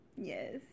Yes